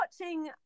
watching